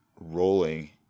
rolling